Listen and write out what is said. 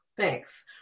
Thanks